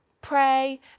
pray